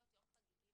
חגיגי